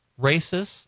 Racists